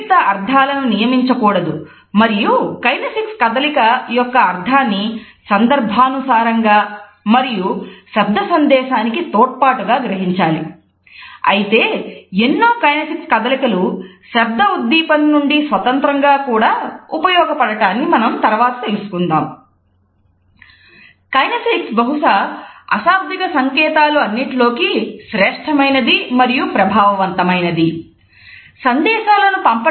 శరీర కదలికల మరియు కైనేసిక్స్ కదలికలు శబ్ద ఉద్దీపన నుండి స్వతంత్రంగా కూడా ఉపయోగ పడటాన్ని మనం తరువాత తెలుసుకుందాం